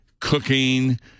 cooking